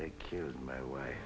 they killed my way